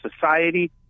society